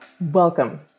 Welcome